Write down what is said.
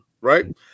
right